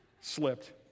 slipped